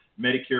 Medicare